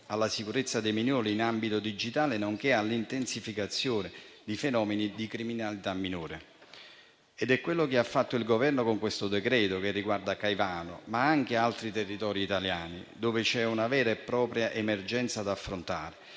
alla sicurezza dei minori in ambito digitale nonché all'intensificazione di fenomeni di criminalità minorile. È quello che ha fatto il Governo con questo decreto-legge che riguarda Caivano, ma anche altri territori italiani, dove c'è una vera e propria emergenza da affrontare